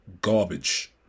garbage